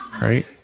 Right